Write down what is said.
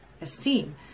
esteem